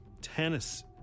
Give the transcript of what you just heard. Tennis